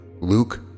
Luke